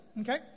Okay